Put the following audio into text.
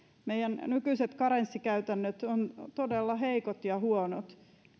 meidän nykyiset karenssikäytäntömme ovat todella heikot ja huonot